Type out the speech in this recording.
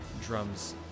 drums